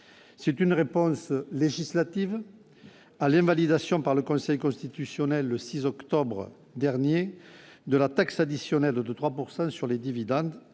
c'est une réponse législative Mali dation par le Conseil constitutionnel le 6 octobre dernier de la taxe additionnelle de 3 pourcent sur sur les dividendes,